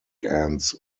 enz